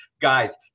Guys